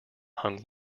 hung